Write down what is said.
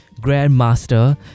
grandmaster